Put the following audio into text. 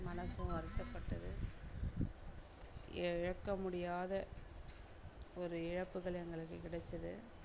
மனதும் வருத்தப்பட்டது ஏ இழக்க முடியாத ஒரு இழப்புகள் எங்களுக்கு கிடைச்சிது